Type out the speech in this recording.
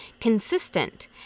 consistent